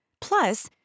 Plus